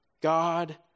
God